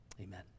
Amen